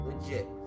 legit